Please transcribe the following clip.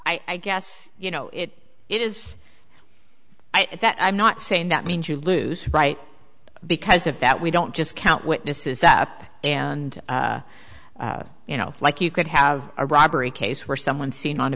so i guess you know it it is i think that i'm not saying that means you lose right because of that we don't just count witnesses up and you know like you could have a robbery case where someone seen on a